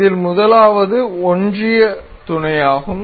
இதில் முதலாவது ஒன்றிய துணையாகும்